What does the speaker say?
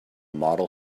model